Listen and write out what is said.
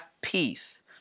peace